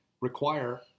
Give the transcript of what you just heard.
require